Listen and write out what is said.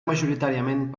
majoritàriament